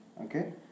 Okay